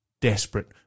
desperate